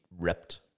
ripped